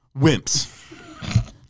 Wimps